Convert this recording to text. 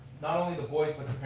not only the boys, but